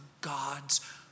God's